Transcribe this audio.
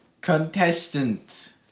contestant